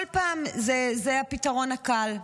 כל פעם זה הפתרון הקל.